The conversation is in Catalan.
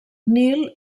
nil